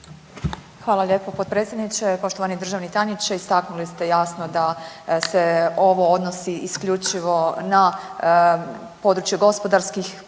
Hvala lijepo potpredsjedniče. Poštovani državni tajniče, istaknuli ste jasno da se ovo odnosi isključivo na područje gospodarskih